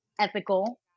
ethical